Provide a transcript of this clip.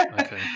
okay